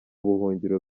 buhungiro